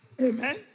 Amen